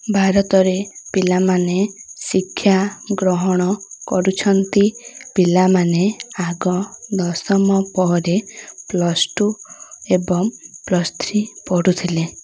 ଭାରତରେ ପିଲାମାନେ ଶିକ୍ଷା ଗ୍ରହଣ କରୁଛନ୍ତି ପିଲାମାନେ ଆଗ ଦଶମ ପରେ ପ୍ଲସ୍ ଟୁ ଏବଂ ପ୍ଲସ୍ ଥ୍ରୀ ପଢ଼ୁଥିଲେ